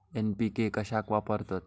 NPK कशाक वापरतत?